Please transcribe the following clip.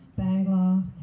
Bangla